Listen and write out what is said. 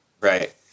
Right